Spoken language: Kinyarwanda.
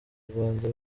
rwanda